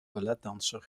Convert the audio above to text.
balletdanser